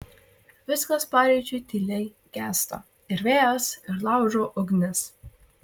viskas paryčiui tyliai gęsta ir vėjas ir laužo ugnis